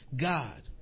God